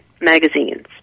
magazines